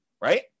right